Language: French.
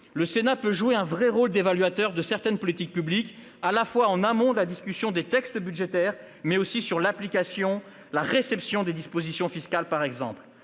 Le Sénat peut jouer un vrai rôle d'évaluateur de certaines politiques publiques, non seulement en amont de la discussion des textes budgétaires, mais aussi sur l'application, la réception, par exemple des dispositions fiscales. Le